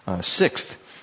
Sixth